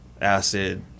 acid